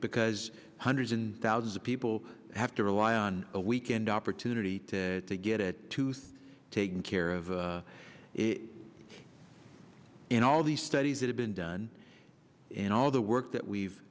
because hundreds and thousands of people have to rely on a weekend opportunity to get it taken care of in all the studies that have been done and all the work that we've